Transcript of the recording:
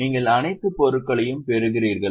நீங்கள் அனைத்து பொருட்களையும் பெறுகிறீர்களா